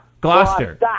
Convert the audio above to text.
Gloucester